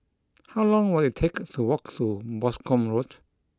how long will it take to walk to Boscombe Road